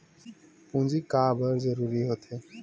पूंजी का बार जरूरी हो थे?